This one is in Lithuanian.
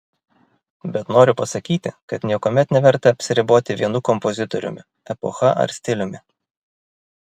bet noriu pasakyti kad niekuomet neverta apsiriboti vienu kompozitoriumi epocha ar stiliumi